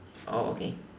oh okay